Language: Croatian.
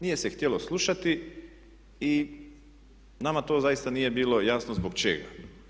Nije se htjelo slušati i nama to zaista nije bilo jasno zbog čega.